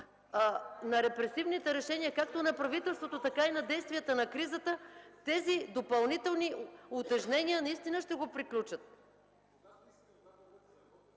на репресивните решения както на правителството, така и на действията на кризата, тези допълнителни утежнения наистина ще го приключат.